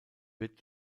wird